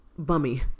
bummy